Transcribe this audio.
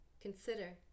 consider